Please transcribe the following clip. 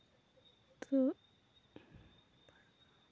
تہٕ